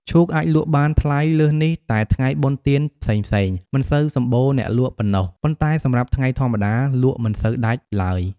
ឈូកអាចលក់បានថ្លៃលើសនេះតែថ្ងៃបុណ្យទានផ្សេងៗ មិនសូវសម្បូរអ្នកលក់ប៉ុណ្ណោះ ប៉ុន្តែសម្រាប់ថ្ងៃធម្មតា លក់មិនសូវដាច់ឡើយ ។